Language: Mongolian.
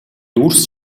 нүүрс